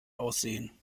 aussehen